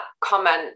comment